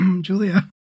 Julia